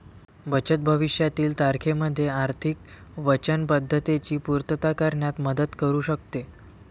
बचत भविष्यातील तारखेमध्ये आर्थिक वचनबद्धतेची पूर्तता करण्यात मदत करू शकते